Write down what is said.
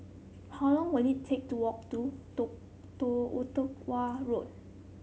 how long will it take to walk to Ottawa Road